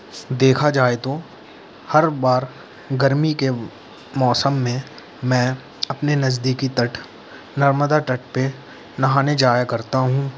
देखा जाए तो हर बार गर्मी के मौसम में मैं अपने नज़दीकी तट नर्मदा तट पे नहाने जाया करता हूँ